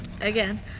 Again